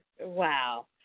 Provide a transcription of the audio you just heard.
Wow